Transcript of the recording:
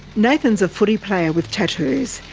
nathan's a footy player with tattoos.